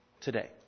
today